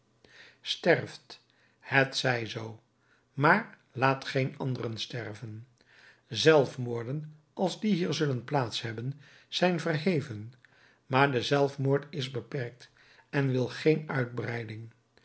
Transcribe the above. sterft het zij zoo maar laat geen anderen sterven zelfmoorden als die hier zullen plaats hebben zijn verheven maar de zelfmoord is beperkt en wil geen uitbreiding